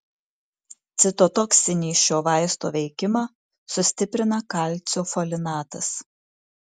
citotoksinį šio vaisto veikimą sustiprina kalcio folinatas